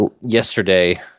yesterday